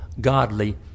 godly